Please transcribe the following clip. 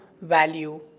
value